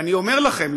ואני אומר לכם,